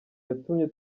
yatumye